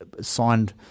signed